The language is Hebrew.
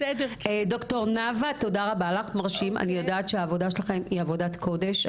אני יודעת שאתם עושים עבודת קודש,